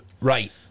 Right